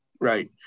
right